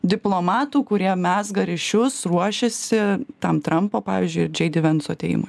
diplomatų kurie mezga ryšius ruošiasi tam trampo pavyzdžiui džei dy venco atėjimui